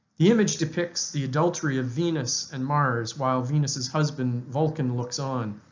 the image depicts the adultery of venus and mars while venus's husband vulcan looks on.